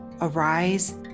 arise